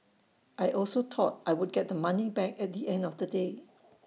I also thought I would get the money back at the end of the day